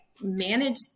manage